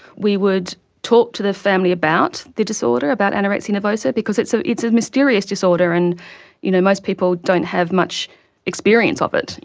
we would talk to the family about the disorder, about anorexia nervosa, because it's so it's a mysterious disorder and you know most people don't have much experience of it,